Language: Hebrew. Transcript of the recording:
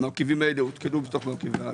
המרכיבים האלה עודכנו בתוך מרכיבי העלות.